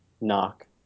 knock